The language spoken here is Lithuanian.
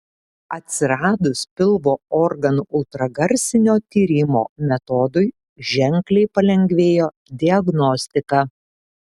atsiradus pilvo organų ultragarsinio tyrimo metodui ženkliai palengvėjo diagnostika